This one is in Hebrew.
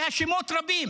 והשמות רבים.